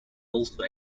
also